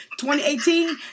2018